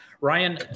Ryan